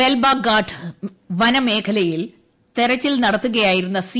ബെൽബാഗാട്ട് വനമേഖലയിൽ തെരച്ചിൽ നടത്തുകയായിരുന്ന സി